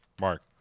Mark